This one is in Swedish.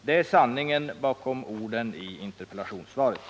Det är sanningen bakom orden i interpellationssvaret.